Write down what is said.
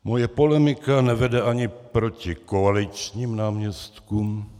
Moje polemika nevede ani proti koaličním náměstkům.